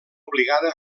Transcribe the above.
obligada